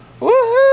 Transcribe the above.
Woohoo